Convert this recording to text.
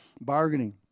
bargaining